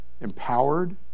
empowered